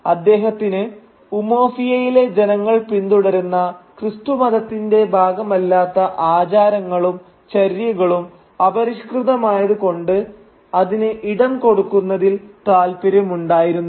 അദ്ദേഹത്തിന് ഉമൊഫിയയിലെ ജനങ്ങൾ പിന്തുടരുന്ന ക്രിസ്തുമതത്തിന്റെ ഭാഗമല്ലാത്ത ആചാരങ്ങളും ചര്യകളും അപരിഷ്കൃതമായത് കൊണ്ട് അതിന് ഇടം കൊടുക്കുന്നതിൽ താൽപര്യമുണ്ടായിരുന്നില്ല